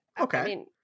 okay